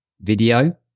video